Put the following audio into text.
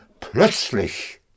plötzlich